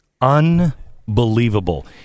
Unbelievable